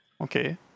Okay